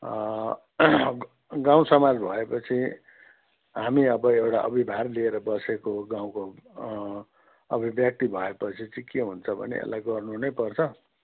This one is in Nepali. गाउँ समाज भए पछि हामी अब एउटा अभिभार लिएर बसेको गाउँको अब व्यक्ति भए पछि चाहिँ के हुन्छ भने यसलाई गर्नु नै पर्छ